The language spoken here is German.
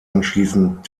anschließend